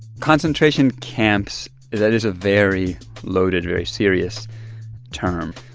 concentration camps that is a very loaded, very serious term.